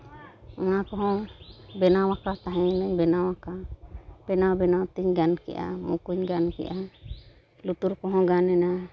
ᱚᱱᱟ ᱠᱚᱦᱚᱸ ᱵᱮᱱᱟᱣᱟᱠᱟ ᱛᱟᱦᱮᱸᱭᱤᱱᱟᱹᱧ ᱵᱮᱱᱟᱣᱟᱠᱟᱫ ᱵᱮᱱᱟᱣ ᱵᱮᱱᱟᱣ ᱛᱤᱧ ᱜᱟᱱ ᱠᱮᱫᱼᱟ ᱢᱩᱸ ᱠᱩᱧ ᱜᱟᱱ ᱠᱮᱫᱼᱟ ᱞᱩᱛᱩᱨ ᱠᱚᱦᱚᱸ ᱜᱟᱱᱮᱱᱟ